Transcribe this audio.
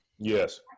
Yes